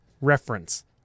reference